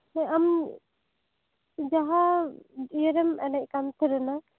ᱦᱮᱸ ᱟᱢ ᱡᱟᱦᱟᱸ ᱤᱭᱟᱹ ᱨᱮᱢ ᱮᱱᱮᱡ ᱠᱟᱱ ᱛᱟᱦᱮᱱᱟ